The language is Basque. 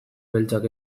beltzak